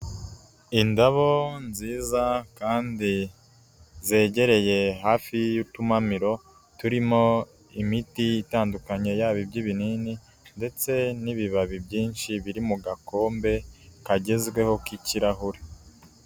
Indabo nziza, kandi zegereye hafi y'utumamiro, turimo imiti itandukanye, yaba iby'ibinini, ndetse n'ibibabi byinshi, biri mu gakombe kagezweho k'ikirahure